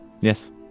Yes